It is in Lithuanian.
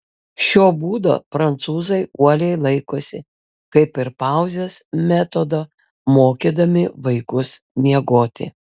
šio būdo prancūzai uoliai laikosi kaip ir pauzės metodo mokydami vaikus miegoti